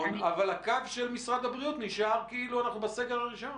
אבל הקו של משרד הבריאות נשאר כאילו אנחנו בסגר הראשון.